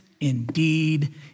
indeed